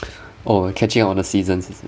oh like catching up on the seasons is it